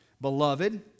beloved